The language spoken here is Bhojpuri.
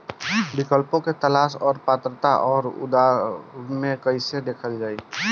विकल्पों के तलाश और पात्रता और अउरदावों के कइसे देखल जाइ?